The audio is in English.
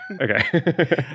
Okay